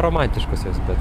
romantiškos jos bet